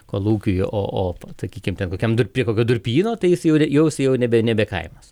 kolūkiui o o takykim ten kokiam du prie kokio durpyno tai jis jau jos jau nebe nebe kaimas